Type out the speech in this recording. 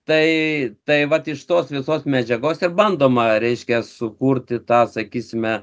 tai tai vat iš tos visos medžiagos ir bandoma reiškia sukurti tą sakysime